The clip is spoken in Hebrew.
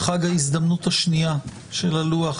חג ההזדמנות השנייה של הלוח